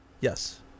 Yes